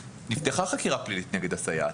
אם נפתחה חקירה פלילית נגד הסייעת,